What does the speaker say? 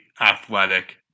athletic